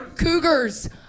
Cougars